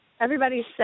Everybody's